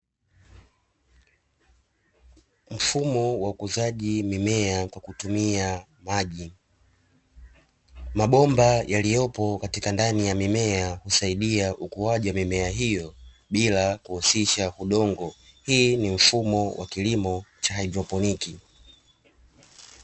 Mfumo wa ukuzaji wa mimea kwa kutumia maji, mabomba yaliyopo katika ndani ya mimea husaidia ukuaji wa mimea hiyo bila kuhusisha udongo, hii ni mfumo wa kilimo cha haidroponi.